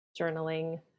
journaling